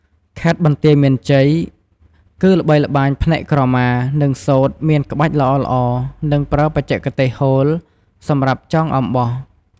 ខេត្តបន្ទាយមានជ័យ គឺល្បីល្បាញផ្នែកក្រមា និងសូត្រមានក្បាច់ល្អៗ និងប្រើបច្ចេកទេស "ហូល" សម្រាប់ចងអំបោះ។